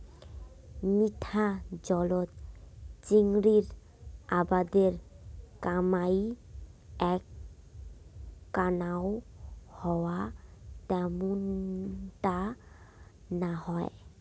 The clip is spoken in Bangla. মিঠা জলত চিংড়ির আবাদের কামাই এ্যাকনাও হয়না ত্যামুনটা না হয়